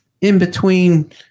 in-between